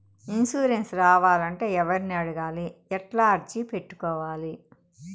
Insurance రావాలంటే ఎవర్ని అడగాలి? ఎట్లా అర్జీ పెట్టుకోవాలి?